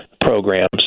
programs